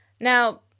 Now